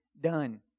done